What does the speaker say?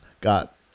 got